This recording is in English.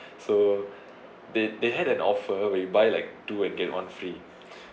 so they they had an offer we buy like two and get one free